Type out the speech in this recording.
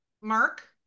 Mark